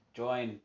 join